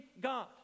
God